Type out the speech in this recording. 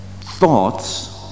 thoughts